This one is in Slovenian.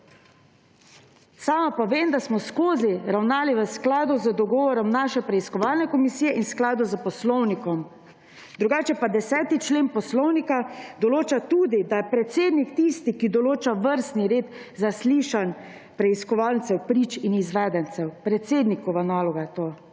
Sama pa vem, da smo vedno ravnali v skladu z dogovorom naše preiskovalne komisije in v skladu s poslovnikom. Drugače pa 10. člen Poslovnika določa tudi, da je predsednik tisti, ki določa vrstni red zaslišanj preiskovalcev, prič in izvedencev. Predsednikova naloga je to.